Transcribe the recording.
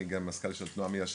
אני גם מזכ"ל של תנועה מיישבת,